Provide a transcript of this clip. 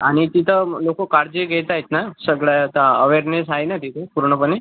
आणि तिथं मग लोक काळजी घेत आहेत ना सगळ्याचा अवेरनेस आहे ना तिथे पूर्णपणे